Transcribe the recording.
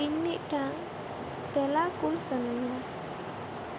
ᱤᱧ ᱢᱤᱫᱴᱟᱝ ᱛᱮᱞᱟ ᱠᱩᱞ ᱥᱟᱱᱟᱹᱧᱟ